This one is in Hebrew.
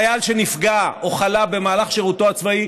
שחייל שנפגע או חלה במהלך שירותו הצבאי,